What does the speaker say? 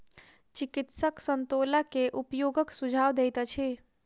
चिकित्सक संतोला के उपयोगक सुझाव दैत अछि